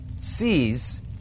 sees